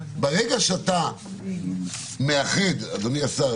ברגע שאתה מאחד אדוני השר,